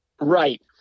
Right